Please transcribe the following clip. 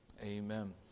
Amen